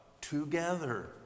Together